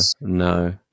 no